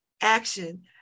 action